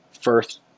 first